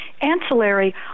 ancillary